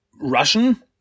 Russian